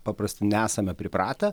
paprastai nesame pripratę